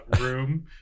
room